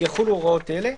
יחולו הוראות אלה: